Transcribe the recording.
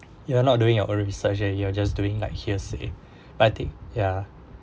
you are not doing your own research and you are just doing like hearsay but the ya